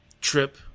trip